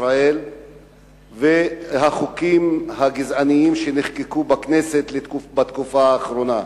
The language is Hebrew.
ישראל והחוקים הגזעניים שנחקקו בכנסת בתקופה האחרונה.